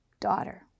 Daughter